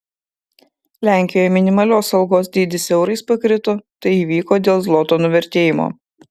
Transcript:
lenkijoje minimalios algos dydis eurais pakrito tai įvyko dėl zloto nuvertėjimo